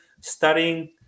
studying